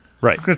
Right